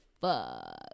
fuck